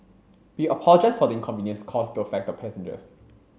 we apologise for the inconvenience caused to affected passengers